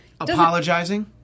Apologizing